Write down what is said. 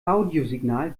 audiosignal